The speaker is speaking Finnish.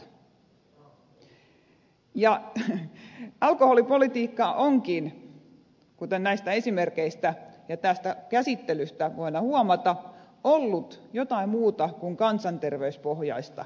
alkoholipolitiikka onkin kuten näistä esimerkeistä ja tästä käsittelystä voidaan huomata ollut jotain muuta kuin kansanterveyspohjaista viime vuosina